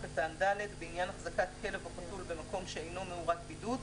קטן (א1) בעניין החזקת כלב או חתול במקום שאינו מאורת בידוד,